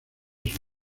sus